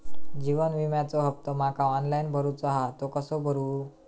जीवन विम्याचो हफ्तो माका ऑनलाइन भरूचो हा तो कसो भरू?